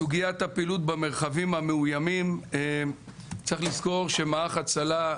סוגיית הפעילות במרחבים המאוימים צריך לזכור שמערך הצלה,